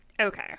okay